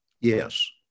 Yes